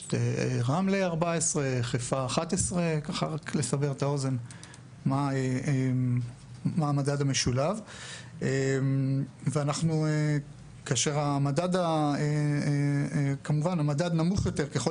את רמלה עם 14 וחיפה עם 11. כמובן שהמדד נמוך יותר ככל